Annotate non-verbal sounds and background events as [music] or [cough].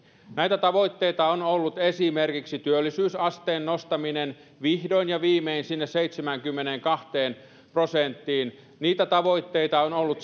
niitä tavoitteita on ollut esimerkiksi työllisyysasteen nostaminen vihdoin ja viimein sinne seitsemäänkymmeneenkahteen prosenttiin niitä tavoitteita on ollut [unintelligible]